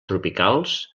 tropicals